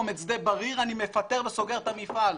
את שדה בריר אני מפטר וסוגר את המפעל'.